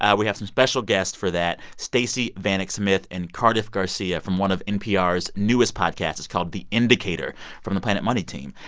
ah we have some special guests for that, stacey vanek smith and cardiff garcia from one of npr's newest podcasts. it's called the indicator from the planet money team.